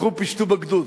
לכו פשטו בגדוד.